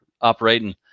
operating